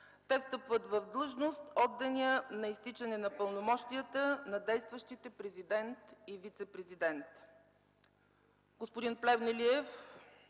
Те встъпват в длъжност от деня на изтичане на пълномощията на действащите президент и вицепрезидент.